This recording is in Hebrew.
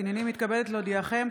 הינני מתכבדת להודיעכם,